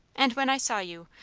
and when i saw you,